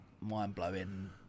mind-blowing